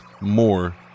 more